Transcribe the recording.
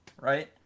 right